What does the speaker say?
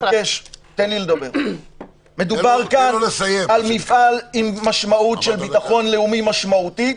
--- מדובר כאן על מפעל עם משמעות של ביטחון לאומי משמעותי,